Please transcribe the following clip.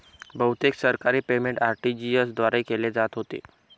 बहुतेक सरकारी payment RTGS द्वारे केले जात होते